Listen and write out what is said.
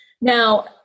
Now